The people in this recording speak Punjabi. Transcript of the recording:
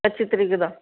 ਪੱਚੀ ਤਰੀਕ ਦਾ